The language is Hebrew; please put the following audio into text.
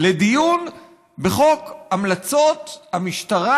לדיון בחוק המלצות המשטרה,